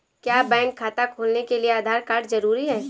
क्या बैंक खाता खोलने के लिए आधार कार्ड जरूरी है?